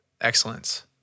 excellence